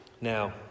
Now